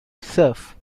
serf